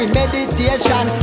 meditation